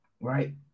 right